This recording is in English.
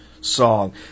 song